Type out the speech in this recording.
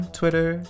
twitter